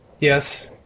Yes